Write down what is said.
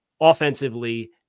offensively